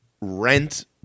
rent